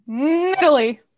Italy